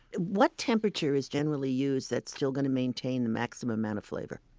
what temperature is generally used that's still going to maintain the maximum amount of flavor?